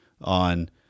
on